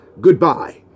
Goodbye